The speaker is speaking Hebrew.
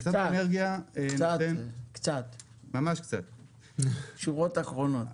(היו"ר מיכאל מרדכי ביטון) קצת, שורות אחרונות.